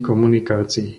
komunikácií